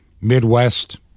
Midwest